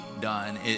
done